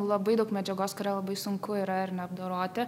labai daug medžiagos kurią labai sunku yra ar ne apdoroti